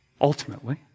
ultimately